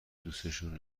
دوسشون